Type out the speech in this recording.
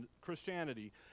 Christianity